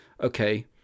okay